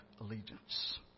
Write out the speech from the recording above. allegiance